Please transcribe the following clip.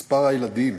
מספר הילדים